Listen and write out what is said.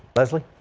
leslie